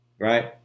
right